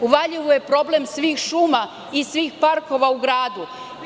U Valjevu je problem svih šuma i svih parkova u gradu.